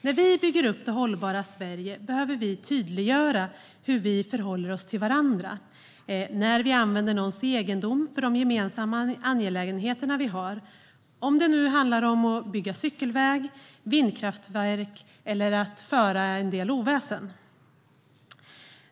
När vi bygger upp det hållbara Sverige behöver vi tydliggöra hur vi förhåller oss till varandra när vi använder någons egendom för de gemensamma angelägenheter vi har, om det nu handlar om att bygga cykelväg eller vindkraftverk eller föra en del oväsen.